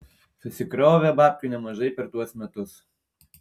susikrovė babkių nemažai per tuos metus